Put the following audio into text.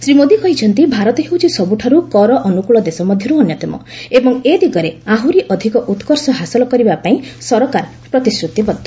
ଶ୍ରୀ ମୋଦି କହିଛନ୍ତି ଭାରତ ହେଉଛି ସବୁଠାରୁ କର ଅନୁକୂଳ ଦେଶ ମଧ୍ୟର୍ ଅନ୍ୟତମ ଏବଂ ଏ ଦିଗରେ ଆହୁରି ଅଧିକ ଉତ୍କର୍ଷ ହାସଲ କରିବା ପାଇଁ ସରକାର ପ୍ରତିଶ୍ରତିବଦ୍ଧ